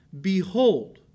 Behold